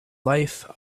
life